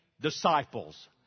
disciples